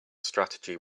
strategy